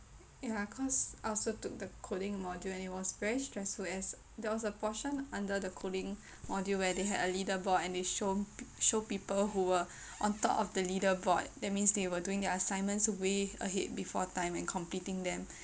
ya cause I also took the coding module and it was very stressful as there was a portion under the coding module where they had a leader board and they show p~ show people who were on top of the leader board that means they were doing their assignments way ahead before time and completing them